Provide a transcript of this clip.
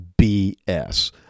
BS